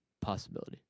possibility